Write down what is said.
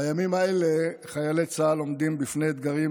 בימים האלה חיילי צה"ל עומדים בפני אתגרים